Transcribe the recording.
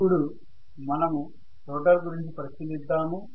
ఇప్పుడు మనము రోటర్ గురించి పరిశీలిద్దాము